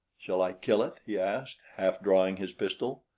shall i kill it? he asked, half drawing his pistol.